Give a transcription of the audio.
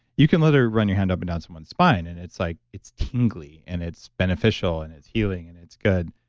you can literally run your hand up and down someone's spine. and it's like, it's tingly and it's beneficial and it's healing and it's good